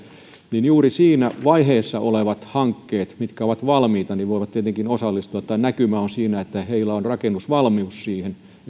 juuri siinä vaiheessa olevat hankkeet mitkä ovat valmiita voivat tietenkin osallistua tai näkymä on siinä että niillä on rakennusvalmius siihen